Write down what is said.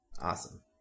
awesome